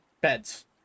beds